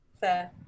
Fair